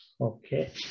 Okay